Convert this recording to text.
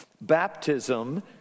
baptism